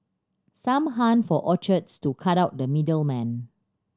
some hunt for orchards to cut out the middle man